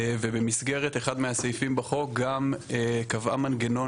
ובמסגרת אחד מהסעיפים בחוק גם קבעה מנגנון